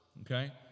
Okay